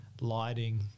lighting